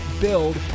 build